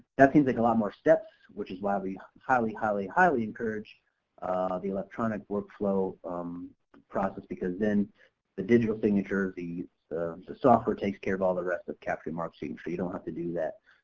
that seems like a lot more steps, which is why we highly, highly, highly encourage the electronic workflow um process because then the digital signatures, the the software takes care of all the rest of capturing mark's signature, you don't have to do that.